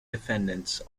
defendants